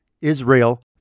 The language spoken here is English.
Israel